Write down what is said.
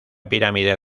pirámide